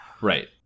right